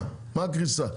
מה קריסה?